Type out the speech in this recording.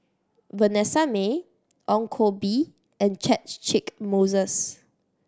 Vanessa Mae Ong Koh Bee and Catchick Moses